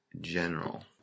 general